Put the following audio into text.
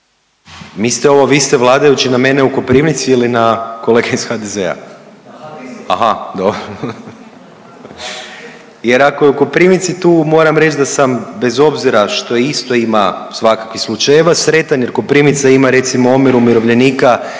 Mislite ovo vi ste vladajući na mene u Koprivnici ili na kolege iz HDZ-a? …/Upadica sa strane, ne čuje se./… Jer ako je u Koprivnici tu moram reći da sam bez obzira što isto ima svakakvih slučajeva sretan jer Koprivnica ima recimo omjer umirovljenika i